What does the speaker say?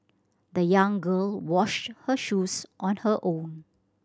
the young girl washed her shoes on her own